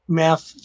math